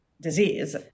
disease